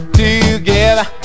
together